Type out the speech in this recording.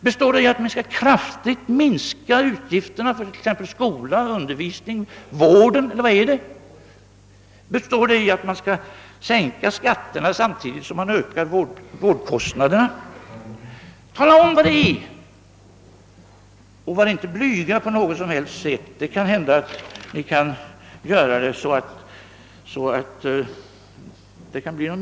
Består det i att man skall kraftigt minska utgifterna för t.ex. skola, undervisning och vård? Skall man sänka skatterna samtidigt som man ökar vårdkostnaderna? Tala om vari ert program består och var inte blyga!